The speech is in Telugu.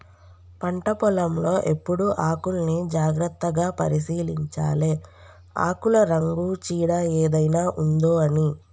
పంట పొలం లో ఎప్పుడు ఆకుల్ని జాగ్రత్తగా పరిశీలించాలె ఆకుల రంగు చీడ ఏదైనా ఉందొ అని